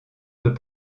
peut